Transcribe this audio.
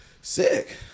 Sick